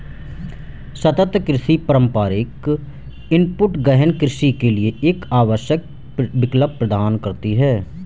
सतत कृषि पारंपरिक इनपुट गहन कृषि के लिए एक आवश्यक विकल्प प्रदान करती है